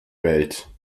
welt